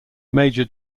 major